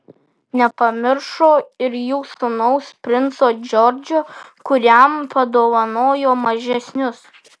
nepamiršo ir jų sūnaus princo džordžo kuriam padovanojo mažesnius